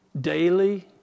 daily